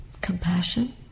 compassion